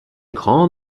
grand